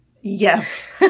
Yes